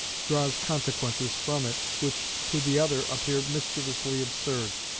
draws consequences from it which to the other appear mischievously absurd.